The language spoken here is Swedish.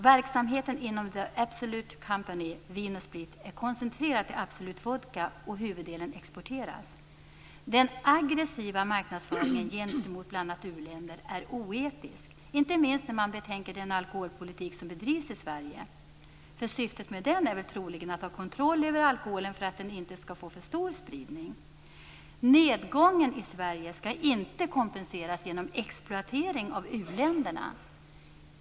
Verksamheten inom The Absolute Company är koncentrerad till Absolut vodka, och huvuddelen exporteras. Den aggressiva marknadsföringen gentemot bl.a. u-länder är oetisk, inte minst när man betänker den alkoholpolitik som bedrivs i Sverige. Syftet med den är väl troligen att ha kontroll över alkoholen för att denna inte skall få för stor spridning. Nedgången i Sverige skall inte kompenseras genom exploatering av u-länderna!